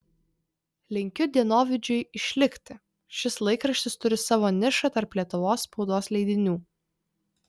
linkiu dienovidžiui išlikti šis laikraštis turi savo nišą tarp lietuvos spaudos leidinių